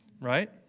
right